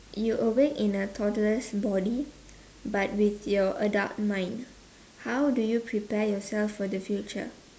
you awake in a toddler's body but with your adult mind how do you prepare yourself for the future